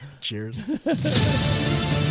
cheers